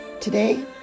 Today